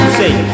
say